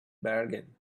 bargain